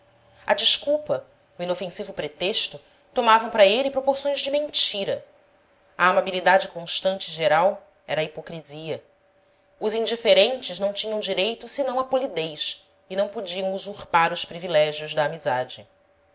a desculpa o inofensivo pretexto tomavam para ele proporções de mentira a amabilidade constante e geral era a hipocrisia os indiferentes não tinham direito senão à polidez e não podiam usurpar os privilégios da amizade